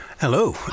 Hello